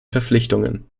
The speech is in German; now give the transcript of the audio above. verpflichtungen